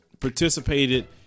participated